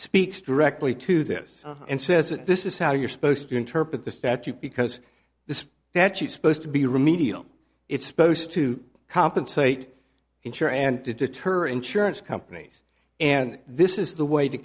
speaks directly to this and says that this is how you're supposed to interpret the statute because this that she's supposed to be remedial it's supposed to compensate insure and to deter insurance companies and this is the way to